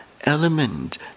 element